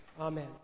Amen